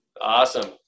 Awesome